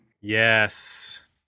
Yes